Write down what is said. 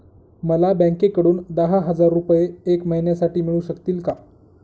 मला बँकेकडून दहा हजार रुपये एक महिन्यांसाठी मिळू शकतील का?